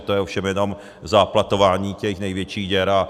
To je ovšem jenom záplatování těch největších děr.